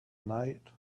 night